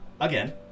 again